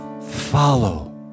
follow